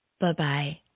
Bye-bye